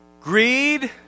Greed